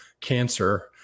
cancer